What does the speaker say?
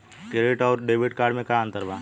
Credit अउरो debit card मे का अन्तर बा?